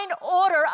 order